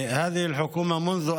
זאת אומרת, הממשלה הזאת,